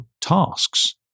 tasks